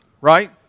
right